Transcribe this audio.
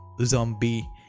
zombie